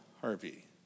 Harvey